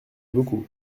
beaucoup